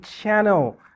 channel